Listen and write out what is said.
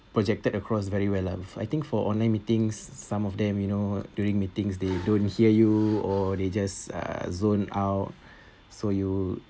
projected across very well lah before I think for online meetings some of them you know during meetings they don't hear you or they just uh zone out so you